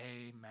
Amen